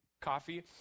coffee